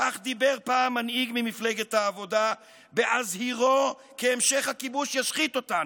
כך דיבר פעם מנהיג מפלגת העבודה בהזהירו כי המשך הכיבוש ישחית אותנו,